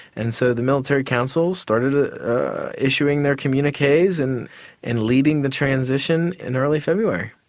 and so the military council started issuing their communiques and and leading the transition in early february.